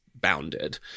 bounded